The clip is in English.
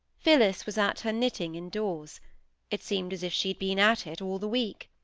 phillis was at her knitting indoors it seemed as if she had been at it all the week.